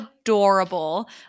adorable